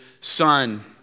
Son